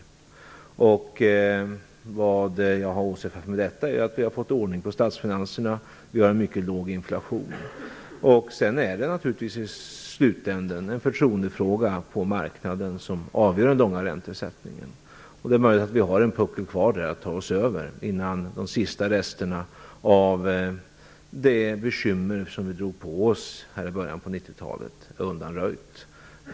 Vad jag har åsyftat med detta är att vi har fått ordning på statsfinanserna. Vi har en mycket låg inflation. Sedan är det i slutänden naturligtvis förtroendet på marknaden som avgör den långa räntesättningen. Det är möjligt att vi har en puckel kvar att ta oss över innan de sista resterna av de bekymmer vi drog på oss i början av nittiotalet är undanröjda.